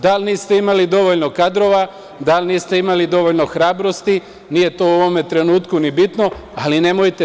Da li niste imali dovoljno kadrova, da li niste imali dovoljno hrabrosti, nije to u ovom trenutku ni bitno, ali nemojte.